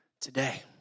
today